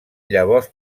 llavors